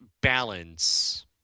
balance